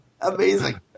Amazing